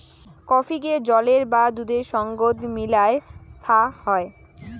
কফিকে জলের বা দুধের সঙ্গত মিলায় ছা হই